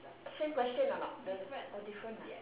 same question or not the or different ah